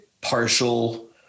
partial